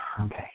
Okay